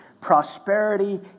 prosperity